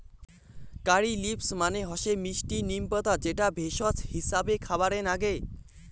কারী leaves মানে হসে মিস্টি নিম পাতা যেটা ভেষজ হিছাবে খাবারে নাগে